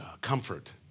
comfort